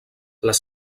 les